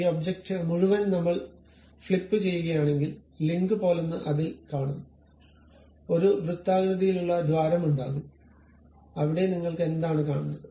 ഈ ഒബ്ജക്റ്റ് മുഴുവൻ നമ്മൾ ഫ്ലിപ്പുചെയ്യുകയാണെങ്കിൽ ലിങ്ക് പോലൊന്ന് അതിൽ കാണും ഒരു വൃത്താകൃതിയിലുള്ള ദ്വാരം ഉണ്ടാകും അവിടെ നിങ്ങൾ എന്താണ് കാണുന്നത്